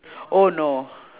oh no